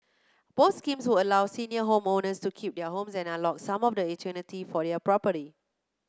both schemes would allow senior homeowners to keep their homes and unlock some of the intuitive for their property